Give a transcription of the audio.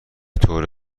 طور